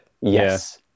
yes